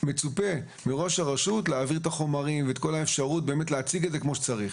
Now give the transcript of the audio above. מצופה מראש הרשות להעביר את החומרים ולהציג את הנושא כמו שצריך.